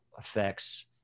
effects